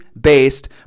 based